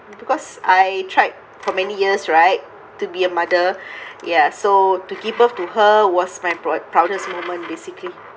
because I tried for many years right to be a mother ya so to give birth to her was my pr~ proudest moment basically